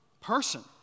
person